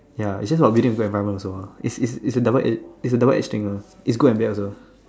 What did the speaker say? ya it's just for building a good environment also ah it's it's it's a double it's a double edge thing ah it's good and bad also